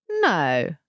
No